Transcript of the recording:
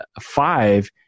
five